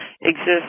exist